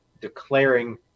declaring